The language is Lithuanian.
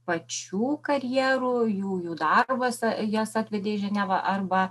pačių karjerų jų jų darbas jas atvedė į ženevą arba